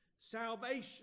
salvation